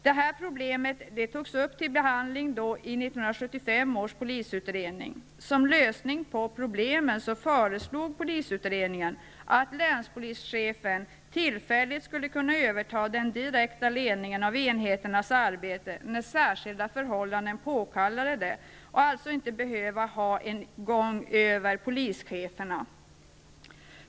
Detta problem togs upp till behandling i 1975 års polisutredning. Som lösning på problemen föreslog polisutredningen att länspolischefen tillfälligt skulle kunna överta den direkta ledningen av enheternas arbete när särskilda förhållanden påkallade det och alltså inte behöva ha polischeferna som mellaninstans.